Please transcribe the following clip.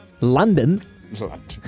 London